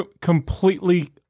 completely